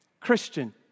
Christian